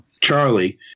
Charlie